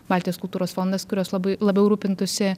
baltijos kultūros fondas kurios labai labiau rūpintųsi